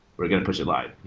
we're going to push it live.